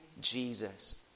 Jesus